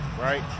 right